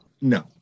No